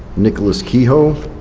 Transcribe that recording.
nicholas kehoe,